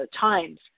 times